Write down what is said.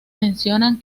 mencionan